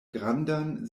grandan